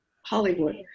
Hollywood